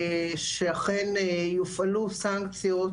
שאכן יופעלו סנקציות